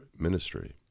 ministry